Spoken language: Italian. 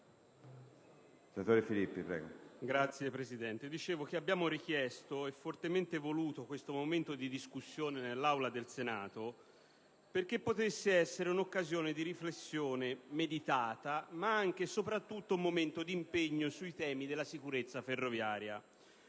signor Presidente. Come dicevo, abbiamo richiesto e fortemente voluto questo momento di discussione nell'Aula del Senato affinché potesse essere un'occasione di riflessione meditata, ma anche e soprattutto un momento di impegno sui temi della sicurezza ferroviaria.